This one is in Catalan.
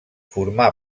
formà